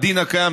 הדין הקיים,